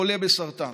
חולה בסרטן?